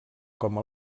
com